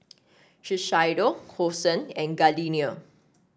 Shiseido Hosen and Gardenia